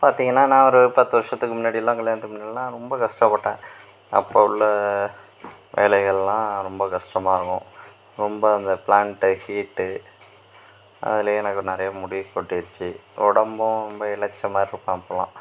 பார்த்திங்கன்னா நான் ஒரு பத்து வருஷத்துக்கு முன்னாடிலாம் கல்யாணத்துக்கு முன்னாடிலாம் ரொம்ப கஷ்டப்பட்டேன் அப்போ உள்ள வேலைகள்லாம் ரொம்ப கஷ்டமாக இருக்கும் ரொம்ப அந்த பிளான்ட்டு ஹீட்டு அதுலேயே எனக்கு நிறையா முடி கொட்டிடுச்சி உடம்பும் ரொம்ப எளைச்ச மாதிரி இருப்பேன் அப்போதுலாம்